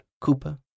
cooper